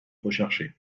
recherché